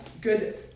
good